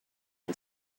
can